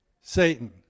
Satan